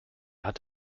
hat